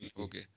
Okay